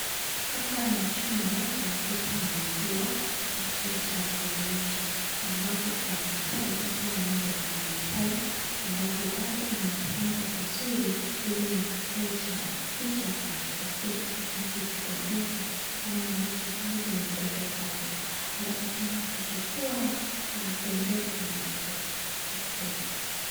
Hapa ni chumba ya kuuza manguo na dress ya kienyeji ambapo masaai wa manguo sa masaai ambaso pale amesipanga vizuri hili mteja akikuja achakue kile kilicho kipendesa ama achakue kile kinapendesa alafu tena anachukua haipendesi haichukue.